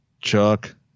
Chuck